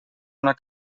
una